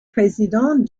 président